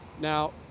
now